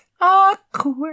Awkward